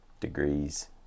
degrees